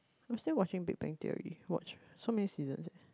I'm still watching Big Bang Theory watch so many seasons eh